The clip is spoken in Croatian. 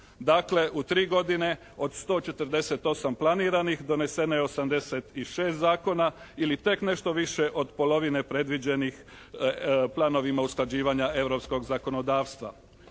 Dakle u tri godine od 148 planiranih doneseno je 86 zakona ili tek nešto više od polovine predviđenih planovima usklađivanja europskog zakonodavstva.